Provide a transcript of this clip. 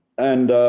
and,